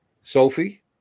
Sophie